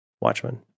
Watchmen